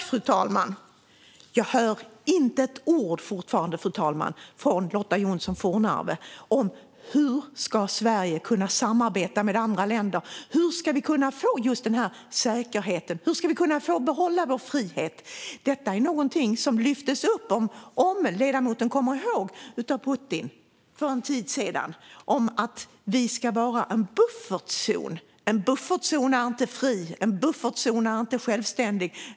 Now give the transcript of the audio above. Fru talman! Jag hör fortfarande inte ett ord från Lotta Johnsson Fornarve om hur Sverige ska kunna samarbeta med andra länder. Hur ska vi kunna få just den säkerheten? Hur ska vi kunna behålla vår frihet? Detta är någonting som lyftes upp, om ledamoten kommer ihåg, av Putin för en tid sedan. Vi ska vara en buffertzon. En buffertzon är inte fri. En buffertzon är inte självständig.